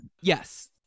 Yes